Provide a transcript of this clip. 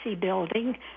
building